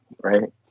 right